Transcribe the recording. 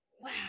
wow